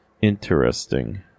Interesting